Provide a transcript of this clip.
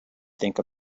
think